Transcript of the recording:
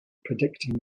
predicting